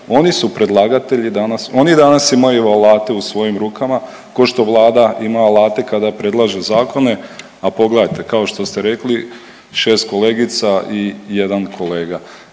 oni su predlagatelji danas, oni danas imaju alate u svojim rukama kao što Vlada ima alate kada predlaže zakone, a pogledajte kao što ste rekli 6 kolegica i 1 kolega.